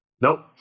Nope